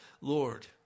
Lord